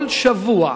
כל שבוע,